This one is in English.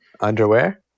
Underwear